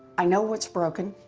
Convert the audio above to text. i know what's broken.